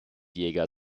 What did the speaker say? jäger